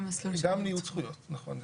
גם ניוד זכויות, נכון.